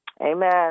Amen